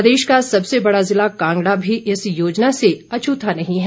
प्रदेश का सबसे बड़ा जिला कांगड़ा भी इस योजना से अछुता नहीं है